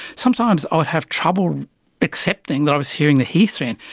sometimes i would have trouble accepting that i was hearing the heath wren,